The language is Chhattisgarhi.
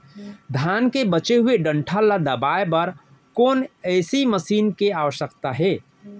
धान के बचे हुए डंठल ल दबाये बर कोन एसई मशीन के आवश्यकता हे?